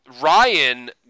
Ryan